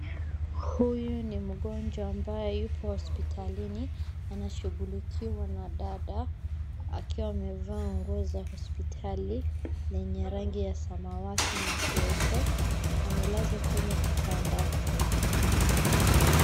Huyu ni mgonjwa ambaye yupo hospitalini anashughulikiwa na dada akiwa amevaa nguo za hospitali yenye rangi ya samawati na nyeupe. Amelazwa kwenye kitanda.